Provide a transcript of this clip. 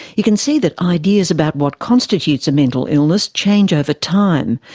you can see that ideas about what constitutes a mental illness change over time.